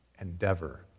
endeavor